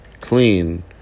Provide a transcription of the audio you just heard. clean